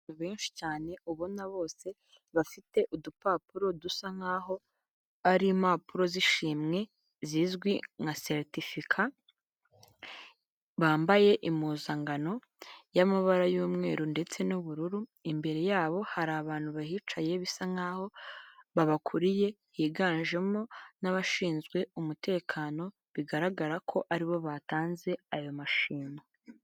Hari benshi cyane ubona bose bafite udupapuro dusa nk'aho ari impapuro z'ishimwe zizwi nka seritifika, bambaye impuzangano y'amabara y'umweru ndetse n'ubururu, imbere yabo hari abantu bahicaye bisa nkaho babakuriye higanjemo n'abashinzwe umutekano bigaragara ko aribo batanze ayo mashimwe.